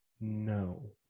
No